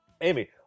Amy